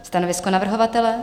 Stanovisko navrhovatele?